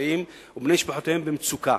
שנמצאים במצוקה.